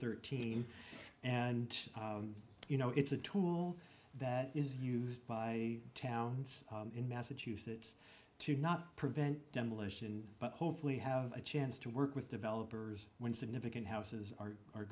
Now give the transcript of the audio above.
thirteen and you know it's a tool that is used by towns in massachusetts to not prevent demolition but hopefully have a chance to work with developers when significant houses are are